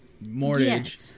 mortgage